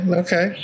okay